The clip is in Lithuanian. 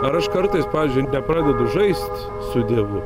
aš kartais pavyzdžiui nepradedu žaist su dievu